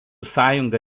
sąjunga